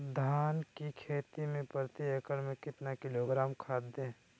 धान की खेती में प्रति एकड़ में कितना किलोग्राम खाद दे?